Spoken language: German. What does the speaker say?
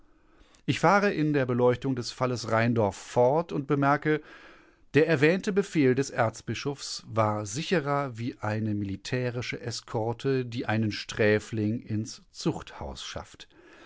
ich fahre in der beleuchtung des falles rheindorf fort und bemerke der erwähnte befehl des erzbischofs war sicherer wie eine militärische eskorte die einen sträfling ins zuchthaus schafft